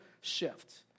shift